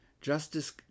Justice